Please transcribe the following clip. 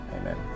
amen